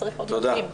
תודה.